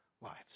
lives